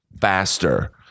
faster